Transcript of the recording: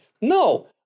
No